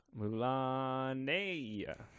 Mulaney